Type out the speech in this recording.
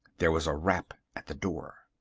there was a rap at the door.